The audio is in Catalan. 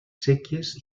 séquies